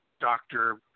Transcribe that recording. doctor